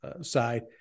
side